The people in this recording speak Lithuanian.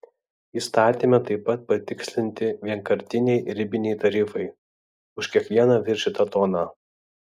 įstatyme taip pat patikslinti vienkartiniai ribiniai tarifai už kiekvieną viršytą toną